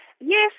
Yes